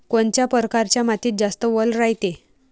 कोनच्या परकारच्या मातीत जास्त वल रायते?